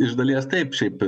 iš dalies taip šiaip